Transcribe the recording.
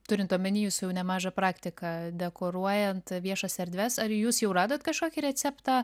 turint omeny jūsų jau nemažą praktiką dekoruojant viešas erdves ar jūs jau radot kažkokį receptą